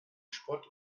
spott